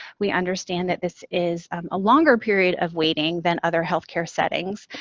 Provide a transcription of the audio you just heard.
we understand that this is a longer period of waiting than other healthcare settings,